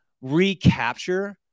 recapture